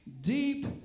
deep